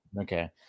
Okay